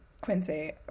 Quincy